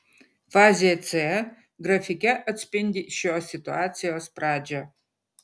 fazė c grafike atspindi šios situacijos pradžią